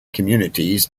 communities